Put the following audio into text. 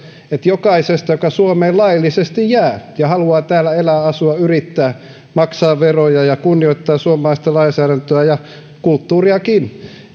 että jokaisesta joka suomeen laillisesti jää ja haluaa täällä elää asua yrittää maksaa veroja ja kunnioittaa suomalaista lainsäädäntöä ja kulttuuriakin